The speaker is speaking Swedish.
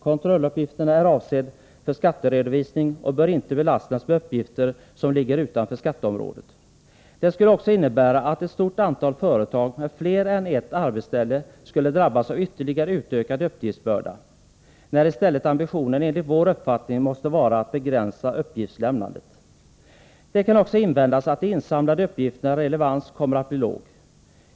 Kontrolluppgiften är avsedd för skatteredovisning och bör inte belastas med uppgifter som ligger utanför skatteområdet. Det skulle också innebära att ett stort antal företag med fler än ett arbetsställe skulle drabbas av ytterligare utökad uppgiftsbörda, när i stället ambitionen enligt vår uppfattning måste vara att begränsa uppgiftslämnandet. Det kan också invändas att de insamlade uppgifternas relevans kommer att bli låg.